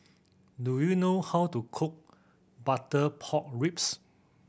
do you know how to cook butter pork ribs